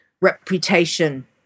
reputation